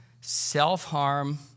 self-harm